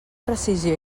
precisió